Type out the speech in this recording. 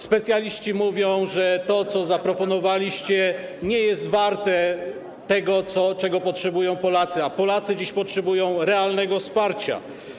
Specjaliści mówią, że to, co zaproponowaliście, nie jest warte... nie jest tym, czego potrzebują Polacy, a Polacy dziś potrzebują realnego wsparcia.